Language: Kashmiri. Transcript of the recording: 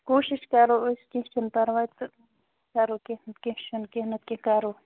کوٗشِش کرو أسۍ کیٚنٛہہ چھُنہٕ پَرواے تہٕ کَرو کیٚنٛہہ نَتہٕ کیٛنٛہہ چھُنہٕ کیٚنٛہہ نَتہٕ کیٚنٛہہ کَرو